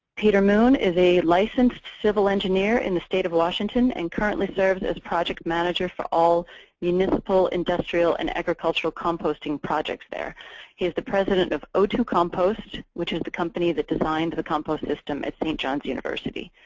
peter moon is a licensed civil engineer in the state of washington. and currently serves as project manager for all municipal, industrial, and agricultural composting projects there. he is the president of o two compost, which is the company that designed the compost system at st. john's university.